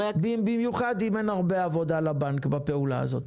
במיוחד אם אין הרבה עבודה לבנק בפעולה הזאת,